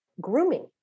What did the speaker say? grooming